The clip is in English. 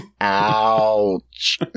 Ouch